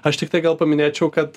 aš tiktai gal paminėčiau kad